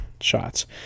shots